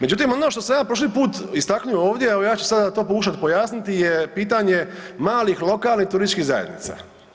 Međutim, ono što sam ja prošli put istaknuo ovdje, evo ja ću sada to pokušati pojasniti je pitanje malih lokalnih turističkih zajednica.